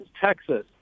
Texas